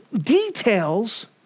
details